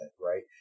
right